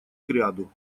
кряду